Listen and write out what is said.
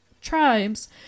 tribes